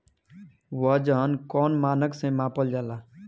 वजन कौन मानक से मापल जाला?